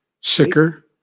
sicker